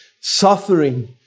suffering